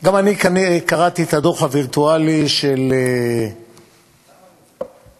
גם אני קראתי את הדוח הווירטואלי, למה וירטואלי?